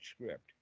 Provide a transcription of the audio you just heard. script